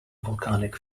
volcanic